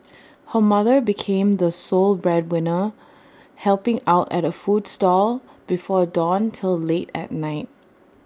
her mother became the sole breadwinner helping out at A food stall before dawn till late at night